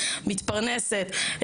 מתפרנסת,